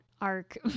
arc